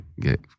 get